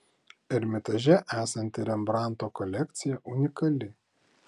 ermitaže esanti rembrandto kolekcija unikali